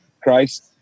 Christ